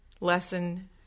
lesson